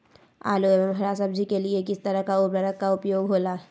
आलू एवं हरा सब्जी के लिए किस तरह का उर्वरक का उपयोग होला?